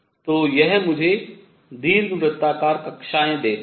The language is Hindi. तो यह मुझे दीर्घ वृत्ताकार कक्षाएँ देता है